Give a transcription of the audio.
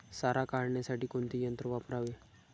सारा काढण्यासाठी कोणते यंत्र वापरावे?